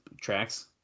tracks